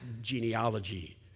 genealogy